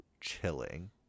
chilling